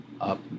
up